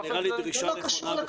זה נראה לי דרישה נכונה בכל דרך.